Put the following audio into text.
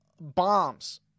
bombs